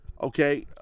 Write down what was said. okay